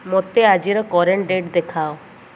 ମୋତେ ଆଜିର current date ଦେଖାଅ